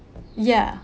ya